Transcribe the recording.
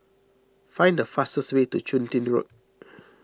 find the fastest way to Chun Tin Road